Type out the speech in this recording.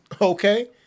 okay